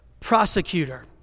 prosecutor